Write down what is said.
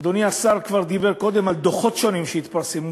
אדוני השר כבר דיבר קודם על דוחות שונים שהתפרסמו,